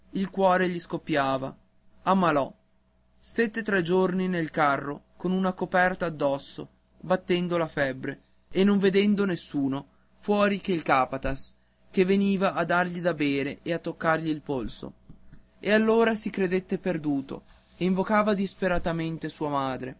il cuore gli scoppiava ammalò stette tre giorni nel carro con una coperta addosso battendo la febbre e non vedendo nessuno fuori che il capataz che veniva a dargli da bere e a toccargli il polso e allora si credette perduto e invocava disperatamente sua madre